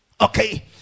okay